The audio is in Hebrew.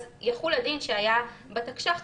יחול הדין שהיה בתקש"ח,